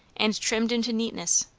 and trimmed into neatness,